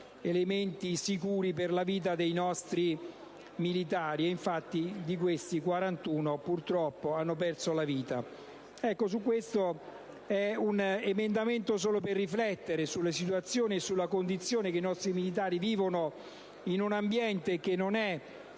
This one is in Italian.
che sicuri per la vita dei nostri militari (di questi, infatti, 41 purtroppo hanno perso la vita). Questo è un emendamento per riflettere sulle situazioni e sulla condizione che i nostri militari vivono in un ambiente che non è